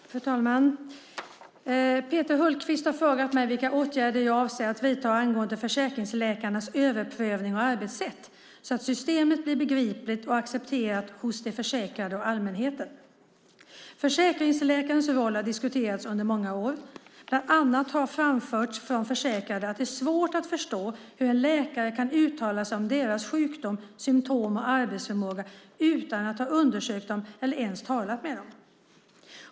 Fru talman! Peter Hultqvist har frågat mig vilka åtgärder jag avser att vidta angående försäkringsläkarnas överprövningar och arbetssätt, så att systemet blir begripligt och accepterat hos de försäkrade och allmänheten. Försäkringsläkarens roll har diskuterats under många år. Bland annat har framförts från försäkrade att det är svårt att förstå hur en läkare kan uttala sig om deras sjukdom, symtom och arbetsförmåga utan att ha undersökt dem eller ens talat med dem.